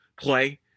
play